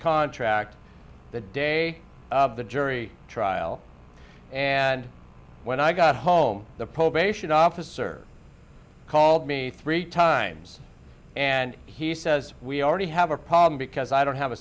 contract the day of the jury trial and when i got home the probation officer called me three times and he says we already have a problem because i don't have a